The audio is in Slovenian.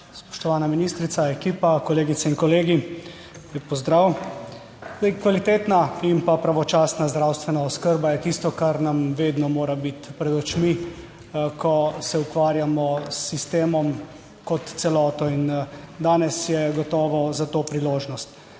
Spoštovana ministrica, ekipa, kolegice in kolegi, lep pozdrav! Zdaj, kvalitetna in pravočasna zdravstvena oskrba je tisto, kar nam vedno mora biti pred očmi, ko se ukvarjamo s sistemom kot celoto in danes je gotovo za to priložnost